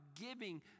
giving